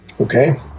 Okay